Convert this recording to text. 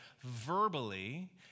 verbally